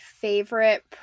favorite